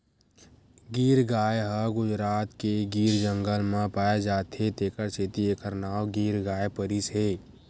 गीर गाय ह गुजरात के गीर जंगल म पाए जाथे तेखर सेती एखर नांव गीर गाय परिस हे